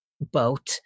boat